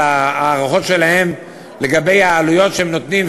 ההערכות שלהם לגבי העלויות שהם נותנים,